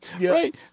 Right